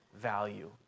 value